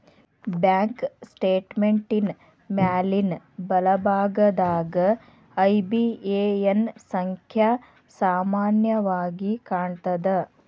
bank ಸ್ಟೇಟ್ಮೆಂಟಿನ್ ಮ್ಯಾಲಿನ್ ಬಲಭಾಗದಾಗ ಐ.ಬಿ.ಎ.ಎನ್ ಸಂಖ್ಯಾ ಸಾಮಾನ್ಯವಾಗಿ ಕಾಣ್ತದ